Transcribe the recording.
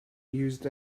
used